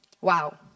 Wow